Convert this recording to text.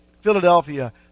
Philadelphia